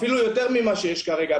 אפילו יותר ממה שיש כרגע,